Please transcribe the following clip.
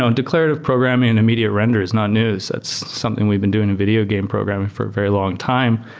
um declarative programming and immediate render is not news, that's something we've been doing in video game programming for a very long time.